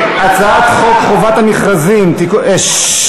הצעת חוק חובת המכרזים, שששש.